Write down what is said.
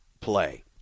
play